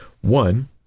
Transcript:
One